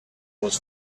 was